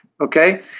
Okay